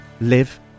live